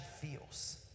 feels